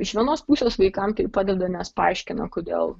iš vienos pusės vaikam tai padeda nes paaiškina kodėl